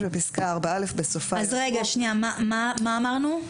מה אמרנו?